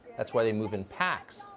that's why they move in packs.